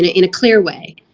in in a clear way,